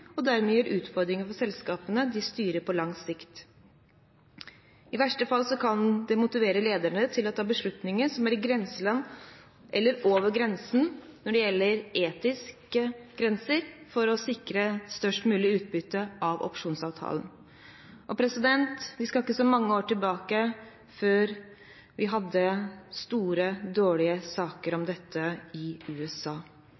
gir utfordringer for selskapene de styrer. I verste fall kan dette motivere lederne til å ta beslutninger som er i grenseland eller over grensen når det gjelder etiske grenser, for å sikre størst mulig utbytte av opsjonsavtalen. Vi skal ikke så mange år tilbake før vi hadde store, dårlige saker om dette i USA